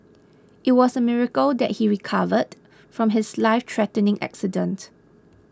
it was a miracle that he recovered from his life threatening accident